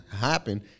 happen